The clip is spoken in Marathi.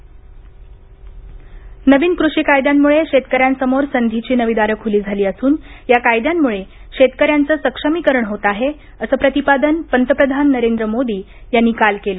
मन की बात नवीन कृषी कायद्यांमुळे शेतकऱ्यांसमोर संधीची नवी दारं खुली झाली असून या कायद्यांमुळे शेतकऱ्यांचं सक्षमीकरण होत आहे असं प्रतिपादन पंतप्रधान नरेंद्र मोदी यांनी काल केलं